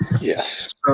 Yes